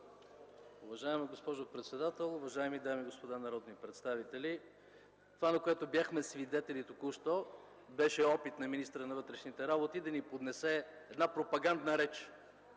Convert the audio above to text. Уважаема госпожо председател, уважаеми дами и господа народни представители! Това, на което бяхме свидетели току-що, беше опит на министъра на вътрешните работи да ни поднесе една пропагандна реч